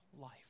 life